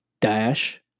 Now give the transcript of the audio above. Dash